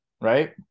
right